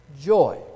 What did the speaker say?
joy